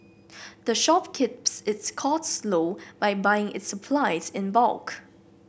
the shop keeps its costs low by buying its supplies in bulk